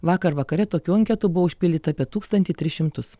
vakar vakare tokių anketų buvo užpildyta apie tūkstantį tris šimtus